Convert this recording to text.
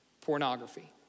pornography